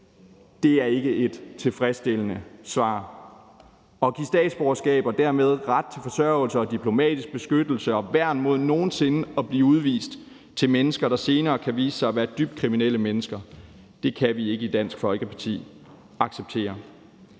Det er ikke et tilfredsstillende svar. At give statsborgerskab og dermed ret til forsørgelse, diplomatisk beskyttelse og værn mod nogen sinde at blive udvist til mennesker, der senere kan vise sig at være dybt kriminelle mennesker, kan vi i Dansk Folkeparti ikke acceptere.